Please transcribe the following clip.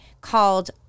called